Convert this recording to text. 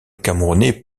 camerounais